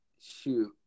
shoot